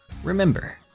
remember